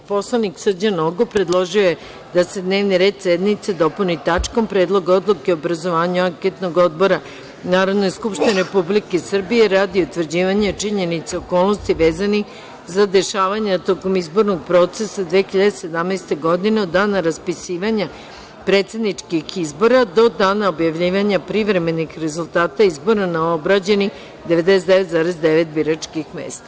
Narodni poslanik Srđan Nogo predložio je da se dnevni red sednice dopuni tačkom – Predlog odluke o obrazovanju anketnog odbora Narodnoj skupštini Republike Srbije radi utvrđivanja činjenica i okolnosti vezanih za dešavanja tokom izbornog procesa 2017. godine od dana raspisivanja predsedničkih izbora do dana objavljivanja privremenih rezultata izbora na obrađenih 99,9 biračkih mesta.